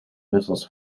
missiles